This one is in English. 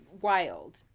wild